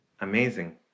Amazing